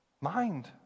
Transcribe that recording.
mind